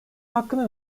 hakkında